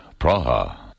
Praha